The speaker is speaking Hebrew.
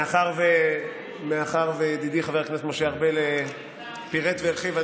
מאחר שידידי חבר כנסת משה ארבל פירט והרחיב,